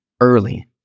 early